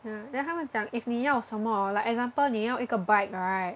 ya then 他们讲 if 你要什么 like example 你要一个 bike right